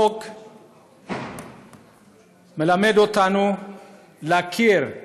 החוק מלמד אותנו להכיר,